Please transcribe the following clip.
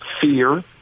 fear